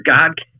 God